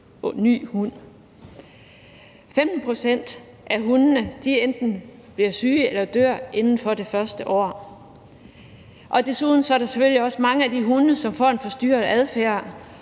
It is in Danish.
15 pct. af hundene bliver enten syge eller dør inden for det første år. Desuden er der selvfølgelig også mange af de hunde, som får en forstyrret adfærd